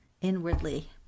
inwardly